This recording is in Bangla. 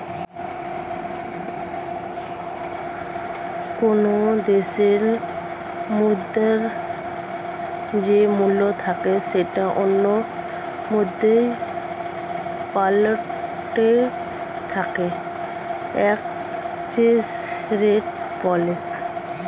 কোনো দেশের মুদ্রার যেই মূল্য থাকে সেটা অন্য মুদ্রায় পাল্টালে তাকে এক্সচেঞ্জ রেট বলে